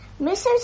Mrs